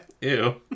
Ew